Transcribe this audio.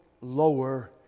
lower